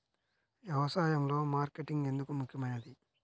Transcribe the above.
వ్యసాయంలో మార్కెటింగ్ ఎందుకు ముఖ్యమైనది?